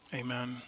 Amen